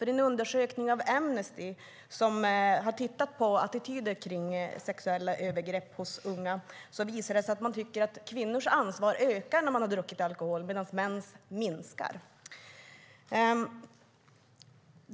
I en undersökning av Amnesty, som har tittat på attityder kring sexuella övergrepp hos unga, visar det sig att man tycker att kvinnors ansvar ökar när de har druckit alkohol, medan mäns minskar.